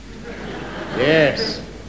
Yes